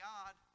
God